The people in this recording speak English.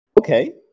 Okay